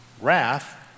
wrath